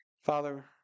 Father